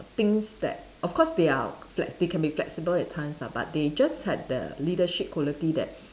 things that of course they are flex~ they can be flexible at times lah but they just had the leadership quality that